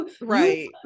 right